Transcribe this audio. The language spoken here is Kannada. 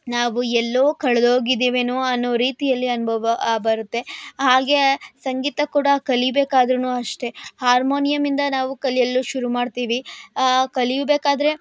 ನಾವು ಎಲ್ಲೋ ಕಳ್ದೋಗಿದ್ದೇವೇನೋ ಅನ್ನೋ ರೀತಿಯಲ್ಲಿ ಅನುಭವ ಬರುತ್ತೆ ಹಾಗೇ ಸಂಗೀತ ಕೂಡ ಕಲಿಬೇಕಾದ್ರು ಅಷ್ಟೇ ಹಾರ್ಮೋನಿಯಮಿಂದ ನಾವು ಕಲಿಯಲು ಶುರು ಮಾಡ್ತೀವಿ ಕಲಿಬೇಕಾದರೆ